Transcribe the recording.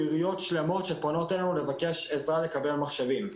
עיריות שפונות אלינו לבקש עזרה בקבלת מחשבים.